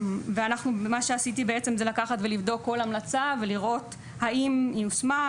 ואנחנו במה שעשיתי בעצם זה לקחת ולבדוק כל המלצה ולראות האם היא יושמה,